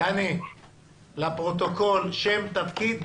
דני, לפרוטוקול, שם ותפקיד.